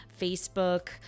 Facebook